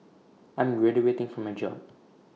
I'm graduating from my job